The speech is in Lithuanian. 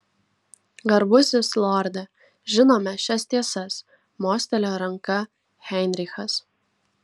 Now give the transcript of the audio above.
garbusis lorde žinome šias tiesas mostelėjo ranka heinrichas